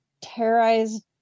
terrorized